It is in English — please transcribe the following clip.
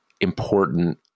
important